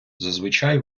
зазвичай